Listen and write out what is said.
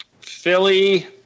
Philly